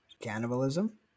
cannibalism